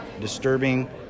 disturbing